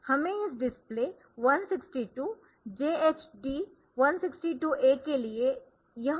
हमें इस display 162 JHD 162A के लिए यह विशेष डायग्राम मिला है